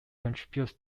contributes